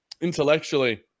intellectually